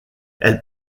elle